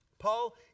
Paul